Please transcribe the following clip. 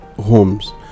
homes